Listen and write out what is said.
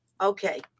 Okay